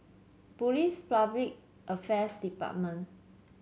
Police Public Affairs Department